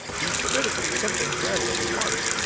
you spit at me, something red that smarts.